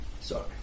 sorry